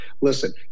Listen